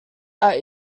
are